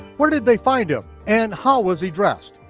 where did they find him, and how was he dressed?